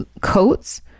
coats